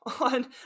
on